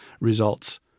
results